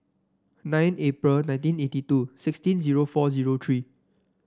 nine April nineteen eighty two sixteen zero four zero three